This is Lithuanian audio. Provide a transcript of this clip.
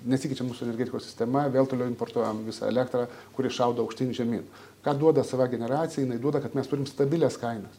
nesikeičia mūsų energetikos sistema vėl toliau importuojam visą elektrą kuri šaudo aukštyn žemyn ką duoda sava generacija jinai duoda kad mes turim stabilias kainas